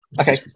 okay